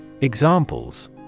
Examples